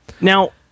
Now